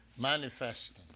Manifesting